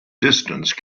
distance